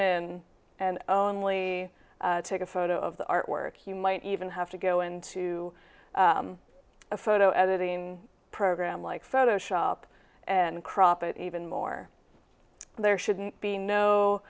in and only take a photo of the artwork you might even have to go into a photo editing program like photoshop and crop it even more there shouldn't be no